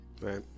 right